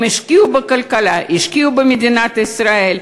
הם השקיעו בכלכלה, השקיעו במדינת ישראל.